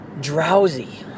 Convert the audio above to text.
drowsy